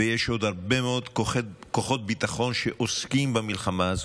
ויש עוד הרבה כוחות ביטחון שעוסקים במלחמה הזאת,